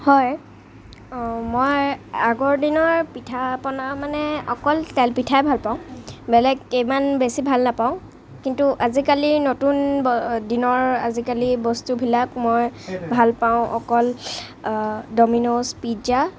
হয় মই আগৰ দিনৰ পিঠাপনা মানে অকল তেলপিঠাই ভালপাওঁ বেলেগ ইমান বেছি ভাল নাপাওঁ কিন্তু আজিকালি নতুন দিনৰ আজিকালিৰ বস্তুবিলাক মই ভালপাওঁ অকল ডমিন'জ পিজ্জা